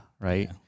right